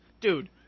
dude